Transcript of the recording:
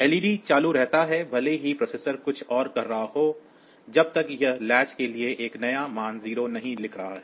LED चालू रहता है भले ही प्रोसेसर कुछ और कर रहा हो जब तक यह इस लैच के लिए एक नया मान 0 नहीं लिख रहा है